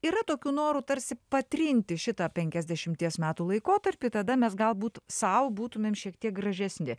yra tokių norų tarsi patrinti šitą penkiasdešimties metų laikotarpį tada mes galbūt sau būtumėm šiek tiek gražesni